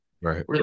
right